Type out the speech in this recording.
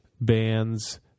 bands